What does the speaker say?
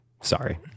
sorry